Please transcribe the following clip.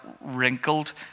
wrinkled